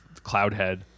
Cloudhead